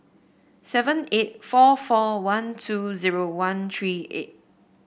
seven eight four four one two zero one three eight